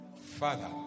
Father